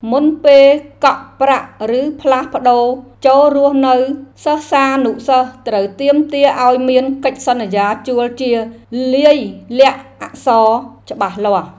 មុនពេលកក់ប្រាក់ឬផ្លាស់ប្តូរចូលរស់នៅសិស្សានុសិស្សត្រូវទាមទារឱ្យមានកិច្ចសន្យាជួលជាលាយលក្ខណ៍អក្សរច្បាស់លាស់។